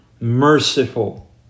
merciful